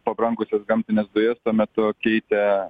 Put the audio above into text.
pabrangusios gamtinės dujos tuo metu keitė